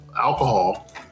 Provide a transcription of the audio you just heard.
alcohol